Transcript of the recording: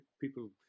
People